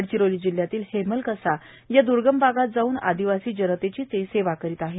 गडचिरोली जिल्ह्यातील हेमलकसा या दर्गम भागात जाऊन आदिवासी जनतेची ते सेवा करत आहेत